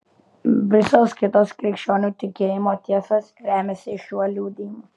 visos kitos krikščionių tikėjimo tiesos remiasi šiuo liudijimu